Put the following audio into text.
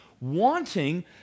wanting